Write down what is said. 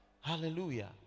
Hallelujah